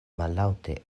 mallaŭte